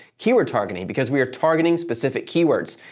keyword targeting, because we are targeting specific keywords.